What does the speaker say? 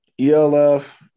ELF